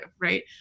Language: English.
Right